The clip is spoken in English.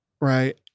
right